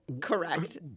Correct